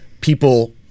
people